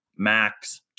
max